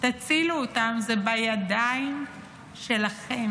תצילו אותם, זה בידיים שלכם.